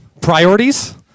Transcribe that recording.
priorities